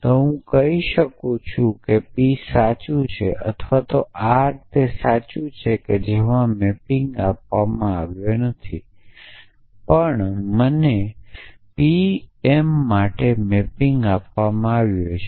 તો હું કહું છું કે p સાચું છે અથવા r તે સાચું છે જેમાં મેપિંગ આપવામાં આવ્યો નથી પણ મને pm માટે મેપિંગ આપવામાં આવે છે